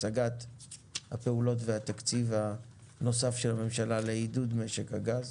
הצגת הפעולות והתקציב הנוסף שלן הממשלה לעידוד משק הגז.